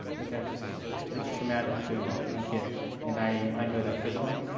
because it's traumatic to young kids, and i know that personally.